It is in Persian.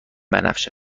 بنفش